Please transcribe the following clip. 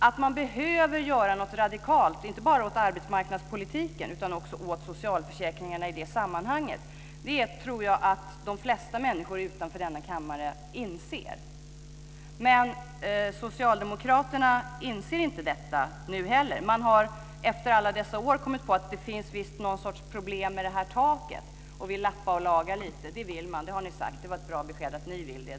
Att man behöver göra något radikalt, inte bara åt arbetsmarknadspolitiken utan också åt socialförsäkringarna i det sammanhanget, tror jag att de flesta människor utanför denna kammare inser, men socialdemokraterna inser inte detta nu heller. Man har efter alla dessa år kommit på att det visst finns någon sorts problem med det här taket och vill lappa och laga lite. Det vill man. Det har ni sagt. Det var ett bra besked att ni vill det.